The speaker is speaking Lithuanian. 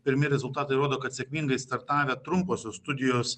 pirmi rezultatai rodo kad sėkmingai startavę trumposios studijos